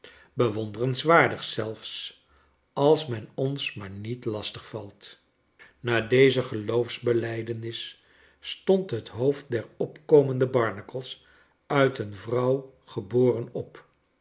bewonderenswaardig zelfs as men ons maar niet lastig valt na deze geloofsbelijdenis stond liet hoofd der opkomende barnacles uit een vrouw geboren op